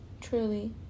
truly